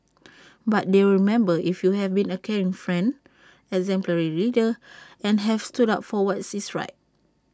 but they'll remember if you have been A caring friend exemplary leader and have stood up for what is right